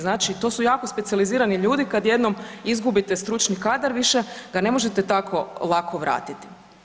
Znači to su jako specijalizirani ljudi kad jednom izgubite stručni kadar više ga ne možete tako lako vratiti.